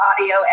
audio